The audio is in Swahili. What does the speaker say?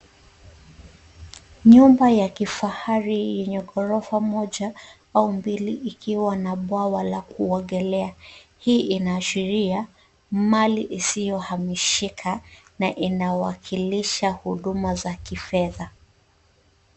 Nyumba ya kifahari yenye ghorofa moja au mbili ikiwa na bwawa la kuogelea. Hii inaashiria mali isiyohamishika na inawakilisha huduma za kifedha.